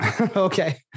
okay